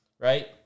Right